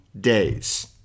days